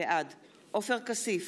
בעד עופר כסיף,